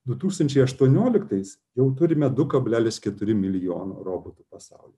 du tūkstančiai aštuonioliktais jau turime du kablelis keturi milijono robotų pasaulyje